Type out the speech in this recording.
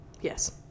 Yes